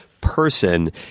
person